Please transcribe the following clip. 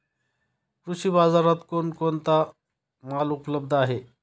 कृषी बाजारात कोण कोणता माल उपलब्ध आहे?